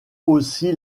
aussi